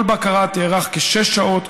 כל בקרה תארך כשש שעות,